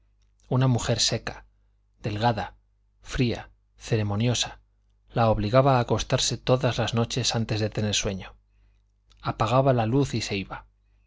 una mujer seca delgada fría ceremoniosa la obligaba a acostarse todas las noches antes de tener sueño apagaba la luz y se iba